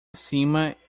acima